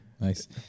nice